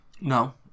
No